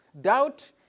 doubt